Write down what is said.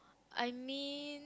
I mean